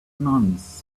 nuns